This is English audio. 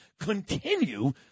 continue